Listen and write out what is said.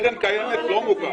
קרן קיימת לא מוכר.